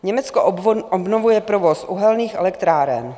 Německo obnovuje provoz uhelných elektráren.